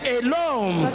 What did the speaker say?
alone